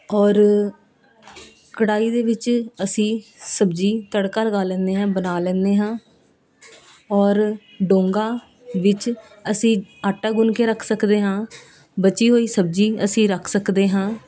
ਔਰ ਕੜਾਹੀ ਦੇ ਵਿੱਚ ਅਸੀਂ ਸਬਜ਼ੀ ਤੜਕਾ ਲਗਾ ਲੈਂਦੇ ਹਾਂ ਬਣਾ ਲੈਂਦੇ ਹਾਂ ਔਰ ਡੋਂਗਾਂ ਵਿੱਚ ਅਸੀਂ ਆਟਾ ਗੁੰਨ ਕੇ ਰੱਖ ਸਕਦੇ ਹਾਂ ਬਚੀ ਹੋਈ ਸਬਜ਼ੀ ਅਸੀਂ ਰੱਖ ਸਕਦੇ ਹਾਂ